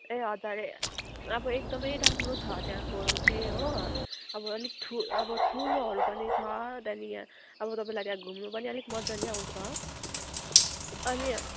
ए हजुर ए अब एकदमै राम्रो छ त्यहाँको चाहिँ हो अब अलिक ठु अब ठुलोहरू पनि छ त्यहाँदेखि यहाँ अब तपाईँलाई त्यहाँ घुम्नु पनि अलिक मजा नै आउँछ अनि